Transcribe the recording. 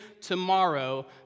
tomorrow